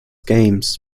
games